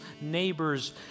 neighbors